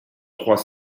trois